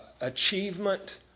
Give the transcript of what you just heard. achievement